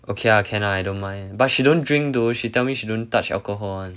okay lah can lah I don't mind but she don't drink though she tell me she don't touch alcohol [one]